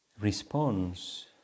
response